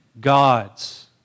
gods